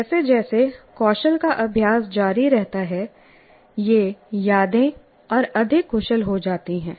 जैसे जैसे कौशल का अभ्यास जारी रहता है ये यादें और अधिक कुशल होती जाती हैं